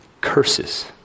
curses